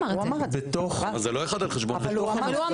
הוא אמר את זה אחד על חשבון השני.